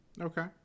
Okay